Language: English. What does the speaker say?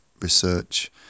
research